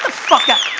ah fuck yeah,